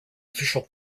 official